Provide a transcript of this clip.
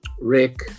Rick